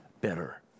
better